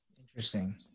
interesting